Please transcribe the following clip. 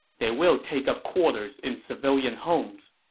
they will take up quarters in civilian homes.